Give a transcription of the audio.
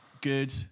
good